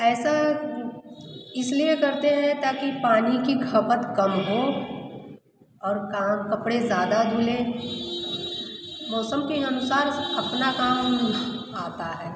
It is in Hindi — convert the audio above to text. ऐसा इसलिए करते हैं ताकि पानी की खपत कम हो और काम कपड़े ज़्यादा धुले मौसम के अनुसार अपना काम आता है